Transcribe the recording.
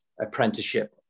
apprenticeship